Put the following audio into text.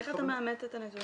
איך אתה מאמת את הנתונים?